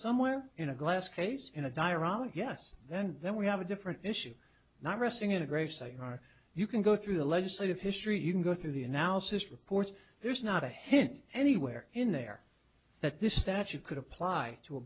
somewhere in a glass case in a dire hour yes then then we have a different issue not resting in a grave site or you can go through the legislative history you can go through the analysis reports there's not a hint anywhere in there that this statute could apply to a